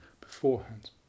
beforehand